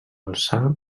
alçar